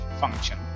function